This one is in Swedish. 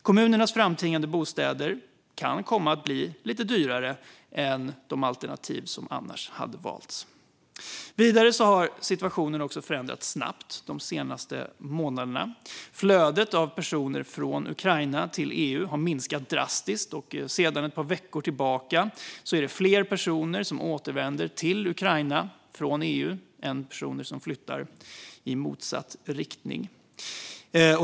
Kommunernas framtvingade bostäder kan komma att bli lite dyrare än de alternativ som annars hade valts. Vidare har situationen också förändrats snabbt de senaste månaderna. Flödet av personer från Ukraina till EU har minskat drastiskt, och sedan ett par veckor tillbaka är det fler personer som återvänder till Ukraina från EU än personer som flyttar i motsatt riktning.